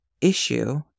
issue